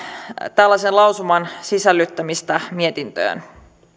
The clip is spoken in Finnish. tällaisen lausuman sisällyttämistä mietintöön